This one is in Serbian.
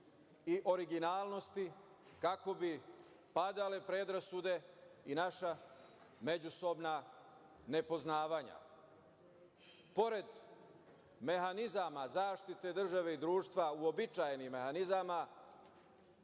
i originalnosti, kako bi padala predrasude i naša međusobna nepoznavanja. Pored mehanizama zaštite države i društva, uobičajenih mehanizama,